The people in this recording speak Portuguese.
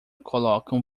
colocam